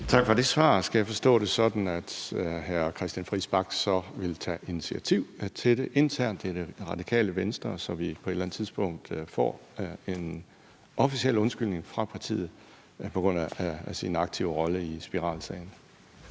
Tak for det svar. Skal jeg forstå det sådan, at hr. Christian Friis Bach så vil tage initiativ til det internt i Radikale Venstre, så vi på et eller andet tidspunkt får en officiel undskyldning fra partiet på grund af partiets aktive rolle i spiralsagen?